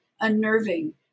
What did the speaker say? unnerving